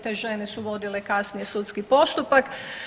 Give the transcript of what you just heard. Te žene su vodile kasnije sudski postupak.